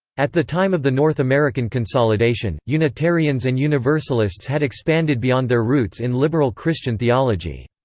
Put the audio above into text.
at the time of the north american consolidation, unitarians and universalists had expanded beyond their roots in liberal christian theology.